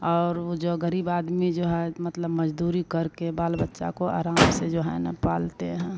और वह जो ग़रीब आदमी जो है तो मतलब मज़दूरी करके बाल बच्चा को अराम से जो है ना पालते हैं